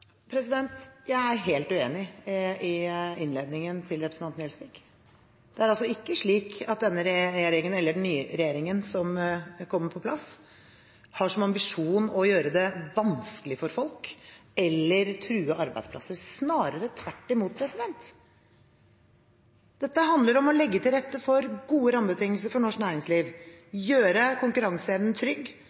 Jeg er helt uenig i innledningen til representanten Gjelsvik. Det er ikke slik at denne regjeringen – eller den nye regjeringen som kommer på plass – har som ambisjon å gjøre det vanskelig for folk eller å true arbeidsplasser, snarere tvert imot. Det handler om å legge til rette for gode rammebetingelser for norsk næringsliv, gjøre konkurranseevnen trygg,